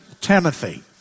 Timothy